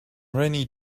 rainy